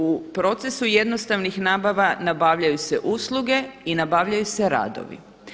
U procesu jednostavnih nabava nabavljaju se usluge i nabavljaju se radovi.